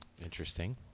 Interesting